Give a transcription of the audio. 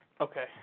Okay